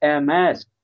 MS